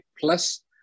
plus